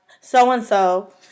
so-and-so